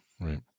Right